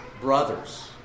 brothers